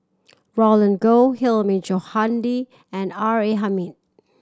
Roland Goh Hilmi Johandi and R A Hamid